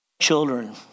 children